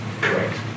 Correct